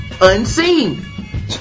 unseen